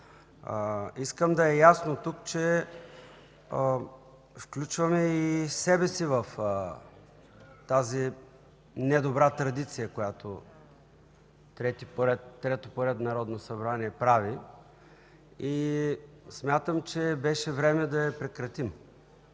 Искам да е ясно, че тук включваме и себе си в тази недобра традиция, която трето поред Народно събрание прави. Смятам, че беше редно да я прекратим.